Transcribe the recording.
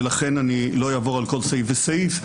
ולכן לא אעבור על כל סעיף וסעיף,